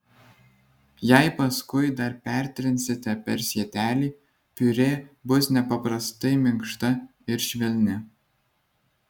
jei paskui dar pertrinsite per sietelį piurė bus nepaprastai minkšta ir švelni